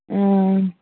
ஆ